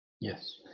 Yes